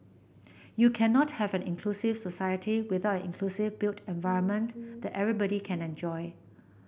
you cannot have an inclusive society without an inclusive built environment that everybody can enjoy